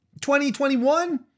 2021